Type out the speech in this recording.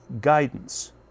guidance